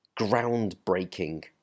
groundbreaking